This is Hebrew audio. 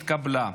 נתקבלה.